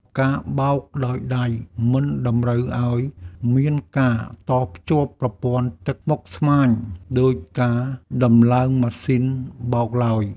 ការបោកដោយដៃមិនតម្រូវឱ្យមានការតភ្ជាប់ប្រព័ន្ធទឹកស្មុគស្មាញដូចការដំឡើងម៉ាស៊ីនបោកឡើយ។